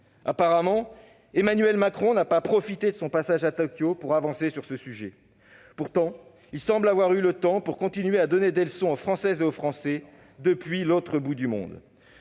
Apparemment, Emmanuel Macron n'a pas profité de son passage à Tokyo pour avancer sur ce sujet. Pourtant, il semble avoir eu le temps de continuer à donner des leçons aux Françaises et aux Français depuis l'autre bout du monde.